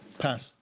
pass.